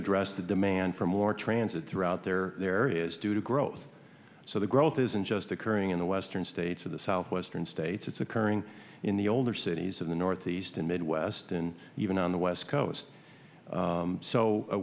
address the demand for more transit throughout their areas due to growth so the growth isn't just occurring in the western states of the southwestern states it's occurring in the older cities in the northeast and midwest and even on the west coast